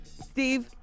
Steve